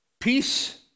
Peace